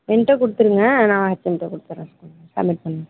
என்கிட்ட கொடுத்துருங்க நான் ஹெம்எம்கிட்ட கொடுத்துட்றேன் சப்மிட் பண்ணி